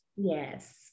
yes